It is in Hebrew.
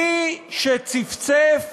מי שצפצף